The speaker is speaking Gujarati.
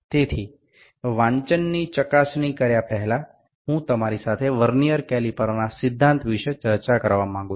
તેથી વાંચનની ચકાસણી કર્યા પહેલા હું તમારી સાથે વર્નિયર કેલીપરના સિદ્ધાંત વિશે ચર્ચા કરવા માંગુ છું